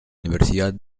universidad